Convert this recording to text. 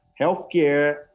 healthcare